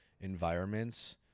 environments